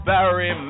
Barry